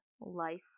life